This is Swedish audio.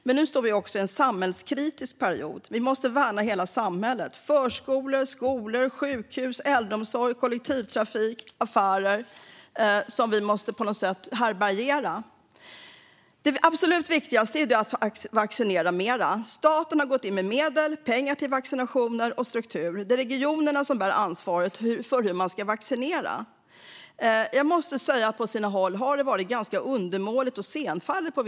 Men nu befinner vi oss också i en samhällskritisk period. Vi måste värna hela samhället: förskolor, skolor, sjukhus, äldreomsorg, kollektivtrafik och affärer. Det absolut viktigaste är att vaccinera mer. Staten har gått in med medel, pengar till vaccinationer och struktur. Det är regionerna som bär ansvaret för hur man ska vaccinera. Jag måste säga att det på sina håll har varit ganska undermåligt och senfärdigt.